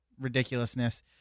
ridiculousness